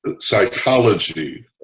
psychology